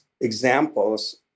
examples